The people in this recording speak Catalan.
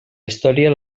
història